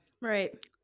Right